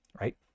Right